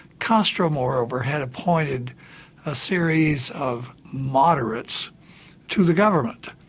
castro moreover, had appointed a series of moderates to the government.